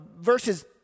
verses